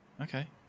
okay